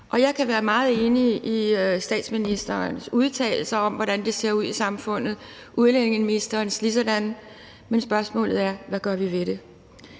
Jeg kan være meget enig i statsministerens udtalelser om, hvordan det ser ud i samfundet, udlændingeministerens ligesådan, men spørgsmålet er, hvad vi gør ved det.